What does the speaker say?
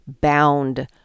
bound